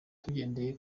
tugendeye